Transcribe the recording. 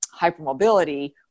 hypermobility